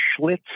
schlitz